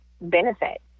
benefit